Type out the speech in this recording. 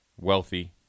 wealthy